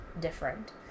different